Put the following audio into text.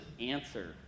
answer